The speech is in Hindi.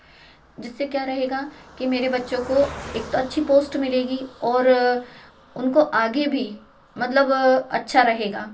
जिससे क्या रहेगा कि मेरे बच्चों को एक तो अच्छी पोस्ट मिलेगी और उनको आगे भी मतलब अच्छा रहेगा